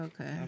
Okay